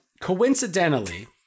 coincidentally